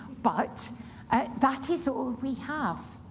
but that is all we have.